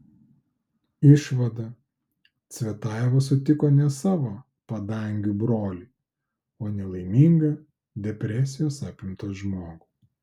išvada cvetajeva sutiko ne savo padangių brolį o nelaimingą depresijos apimtą žmogų